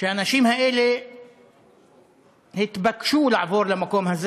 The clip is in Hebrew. שהאנשים האלה התבקשו לעבור למקום הזה